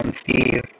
Steve